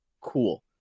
cool